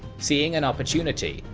seeing an opportunity,